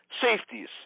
safeties